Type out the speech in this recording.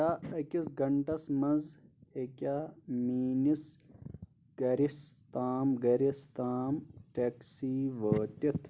کیاہ أکِس گنٹس منٛز ہیکیا میٲنِس گرِس تام گرَس تام ٹیکسی وٲتِتھ ؟